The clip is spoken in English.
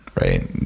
Right